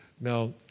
Now